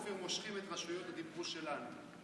אופיר, מושכים את רשויות הדיבור שלנו.